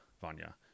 Vanya